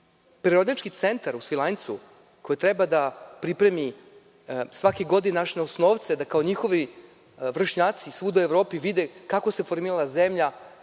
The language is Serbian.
Periodički centar u Svilajncu, koji treba da pripremi svake godine naše osnovce da kao njihovi vršnjaci svuda u Evropi vide kako se formirala zemlja,